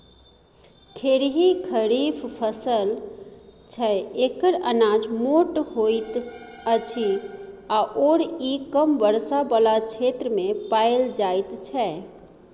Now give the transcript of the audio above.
खेरही खरीफ फसल छै एकर अनाज मोट होइत अछि आओर ई कम वर्षा बला क्षेत्रमे पाएल जाइत छै